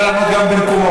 את מנסה לענות במקומו.